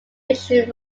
fiction